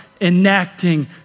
enacting